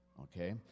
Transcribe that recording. okay